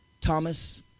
Thomas